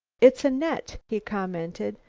it's a net, he commented.